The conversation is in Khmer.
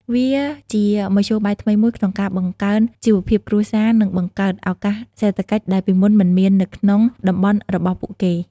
វាជាមធ្យោបាយថ្មីមួយក្នុងការបង្កើនជីវភាពគ្រួសារ និងបង្កើតឱកាសសេដ្ឋកិច្ចដែលពីមុនមិនមាននៅក្នុងតំបន់របស់ពួកគេ។